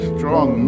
Strong